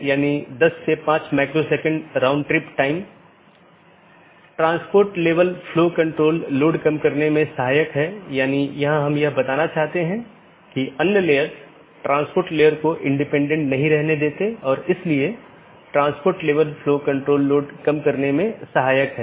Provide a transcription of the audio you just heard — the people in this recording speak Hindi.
BGP के संबंध में मार्ग रूट और रास्ते पाथ एक रूट गंतव्य के लिए पथ का वर्णन करने वाले विशेषताओं के संग्रह के साथ एक गंतव्य NLRI प्रारूप द्वारा निर्दिष्ट गंतव्य को जोड़ता है